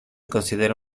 considera